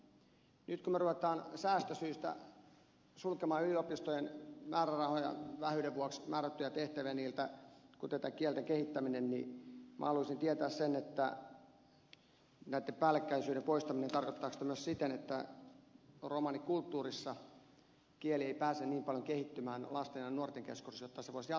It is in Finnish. nyt kun me rupeamme säästösyistä sulkemaan yliopistojen määrärahojen vähyyden vuoksi määrättyjä tehtäviä niiltä kuten tämä kielten kehittäminen niin minä haluaisin tietää tarkoittaako näitten päällekkäisyyden poistaminen myös sitä että romanikulttuurissa kieli ei pääse niin paljon kehittymään lasten ja nuorten keskuudessa jotta se voisi jatkua se kulttuuri vielä